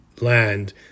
land